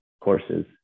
courses